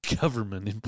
government